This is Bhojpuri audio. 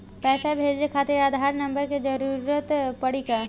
पैसे भेजे खातिर आधार नंबर के जरूरत पड़ी का?